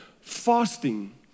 Fasting